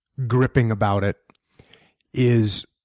gripping about it is